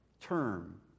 term